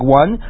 one